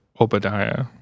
Obadiah